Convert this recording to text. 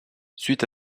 suite